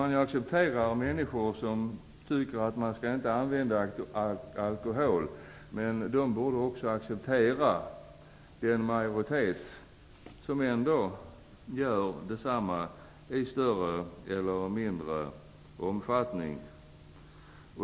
Jag accepterar att människor tycker att man inte skall använda alkohol, men dessa borde också acceptera den majoritet som ändå gör det i större eller mindre omfattning.